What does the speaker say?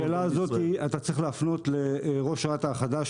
השאלה הזאת אתה צריך להפנות לראש רת"א החדש,